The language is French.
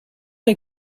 est